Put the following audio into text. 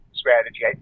strategy